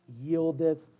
yieldeth